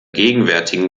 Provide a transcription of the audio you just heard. gegenwärtigen